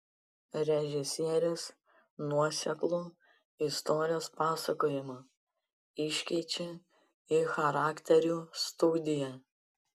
režisierius nuoseklų istorijos pasakojimą iškeičia į charakterių studiją